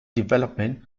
development